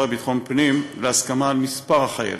לביטחון הפנים להסכמה על מספר החיילים.